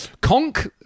Conk